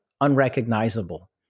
unrecognizable